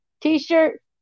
t-shirt